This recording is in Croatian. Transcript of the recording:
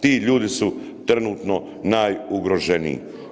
Ti ljudi su trenutno najugroženiji.